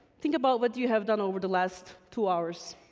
think about what you have done over the last two hours.